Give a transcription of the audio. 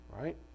Right